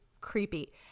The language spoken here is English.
creepy